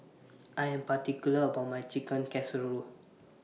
I Am particular about My Chicken Casserole